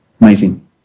Amazing